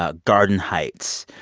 ah garden heights.